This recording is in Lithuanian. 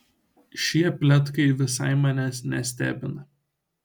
šie pletkai visai manęs nestebina